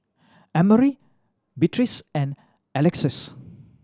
Emery Beatriz and Alexus